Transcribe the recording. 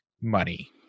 money